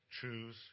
Choose